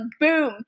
boom